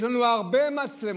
יש לנו הרבה מצלמות.